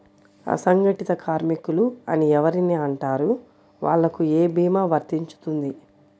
అసంగటిత కార్మికులు అని ఎవరిని అంటారు? వాళ్లకు ఏ భీమా వర్తించుతుంది?